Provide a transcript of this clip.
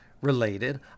related